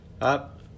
up